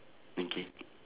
okay